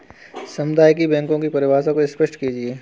सामुदायिक बैंकों की परिभाषा को स्पष्ट कीजिए?